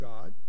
God